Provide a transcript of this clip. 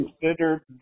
considered